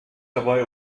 dabei